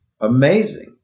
amazing